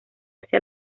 hacia